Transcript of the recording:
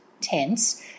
tense